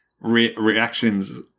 reactions